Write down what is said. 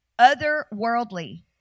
otherworldly